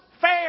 Fair